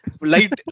light